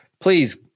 Please